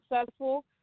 successful